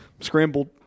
scrambled